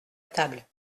table